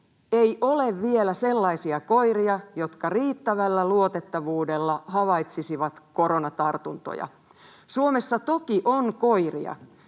ei ole vielä sellaisia koiria, jotka riittävällä luotettavuudella havaitsisivat koronatartuntoja. Suomessa toki on koiria,